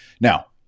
Now